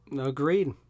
Agreed